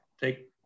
take